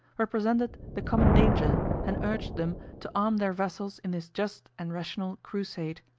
represented the common danger, and urged them to arm their vassals in this just and rational crusade.